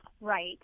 Right